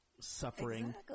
suffering